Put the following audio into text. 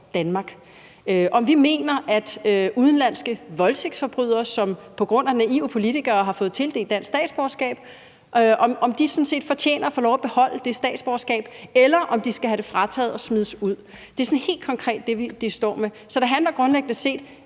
hvorvidt vi mener, at udenlandske voldtægtsforbrydere, som på grund af naive politikere har fået tildelt dansk statsborgerskab, sådan set fortjener at beholde det statsborgerskab, eller om de skal have det frataget og smides ud. Det er sådan helt konkret det, vi står med. Så det handler grundlæggende om,